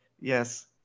yes